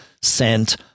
sent